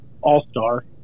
all-star